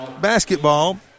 Basketball